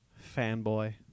fanboy